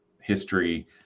history